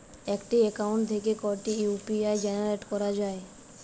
একটি অ্যাকাউন্ট থেকে কটি ইউ.পি.আই জেনারেট করা যায়?